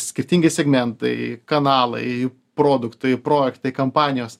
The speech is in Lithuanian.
skirtingi segmentai kanalai produktai projektai kampanijos